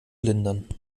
lindern